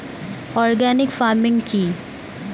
Organic farming কি?